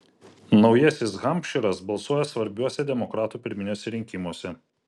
naujasis hampšyras balsuoja svarbiuose demokratų pirminiuose rinkimuose